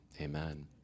Amen